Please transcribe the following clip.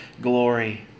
glory